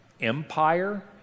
empire